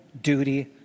duty